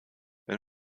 wenn